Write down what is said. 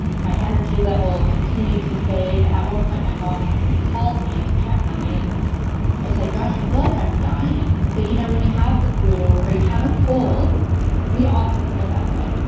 my energy level continued to fade. at one point, my mom called me to check on me and i said, gosh, i feel like i'm dying. but you know when you have the flu or you have a cold we often feel that way.